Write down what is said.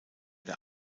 der